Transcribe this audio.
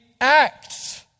acts